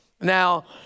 Now